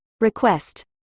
request